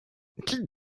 die